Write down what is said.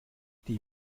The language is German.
die